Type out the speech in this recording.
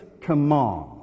command